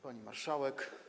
Pani Marszałek!